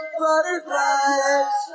butterflies